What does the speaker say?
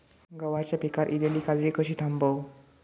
गव्हाच्या पिकार इलीली काजळी कशी थांबव?